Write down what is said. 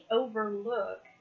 overlook